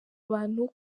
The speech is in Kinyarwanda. abantu